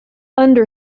under